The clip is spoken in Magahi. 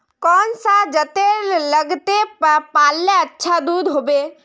कौन सा जतेर लगते पाल्ले अच्छा दूध होवे?